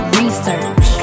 research